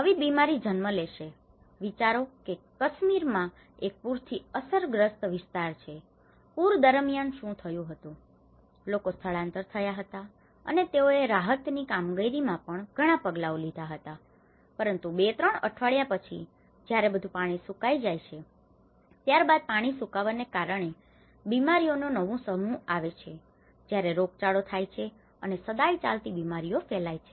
નવી બીમારી જન્મ લેશે વિચારો કે કસમીરમાં એક પુરથી અસરગ્રસ્ત વિસ્તાર છે પૂર દરમિયાન શું થયું હતું લોકો સ્થળાંતર થયા હતા અને તેઓએ રાહત ની કામગીરીમાં પણ ઘણા પગલાંઓ લીધા હતા પરંતુ બે ત્રણ અઠવાડિયા પછી જયારે બધું પાણી સુકાઈ જાય છે ત્યારબાદ પાણી સુકાવાને કારણે બીમારીઓની નવો સમૂહ આવે છે જયારે રોગચાળો થાય છે અને સદાય ચાલતી બીમારીઓ ફેલાય છે